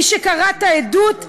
מי שקרא את העדות,